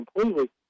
completely